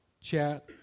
chat